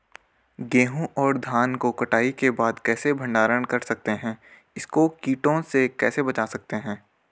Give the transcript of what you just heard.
गेहूँ और धान को कटाई के बाद कैसे भंडारण कर सकते हैं इसको कीटों से कैसे बचा सकते हैं?